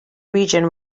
region